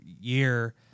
year